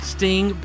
Sting